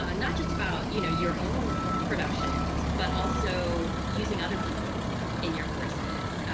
ah and not just about, you know, your own productions, but also using other peoples in your courses.